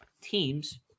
teams